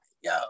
Yo